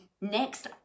next